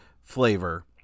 flavor